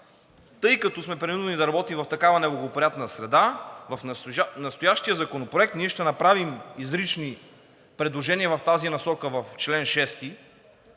Тъй като сме принудени да работим в такава неблагоприятна среда, в настоящия Законопроект ние ще направим изрични предложения в тази насока в чл. 6